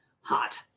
hot